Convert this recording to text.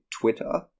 Twitter